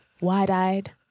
wide-eyed